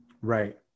Right